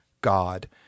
God